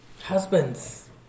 Husbands